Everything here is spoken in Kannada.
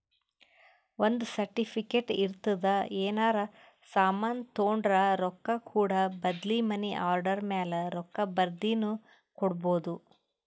ಒಂದ್ ಸರ್ಟಿಫಿಕೇಟ್ ಇರ್ತುದ್ ಏನರೇ ಸಾಮಾನ್ ತೊಂಡುರ ರೊಕ್ಕಾ ಕೂಡ ಬದ್ಲಿ ಮನಿ ಆರ್ಡರ್ ಮ್ಯಾಲ ರೊಕ್ಕಾ ಬರ್ದಿನು ಕೊಡ್ಬೋದು